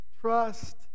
Trust